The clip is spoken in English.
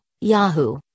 Yahoo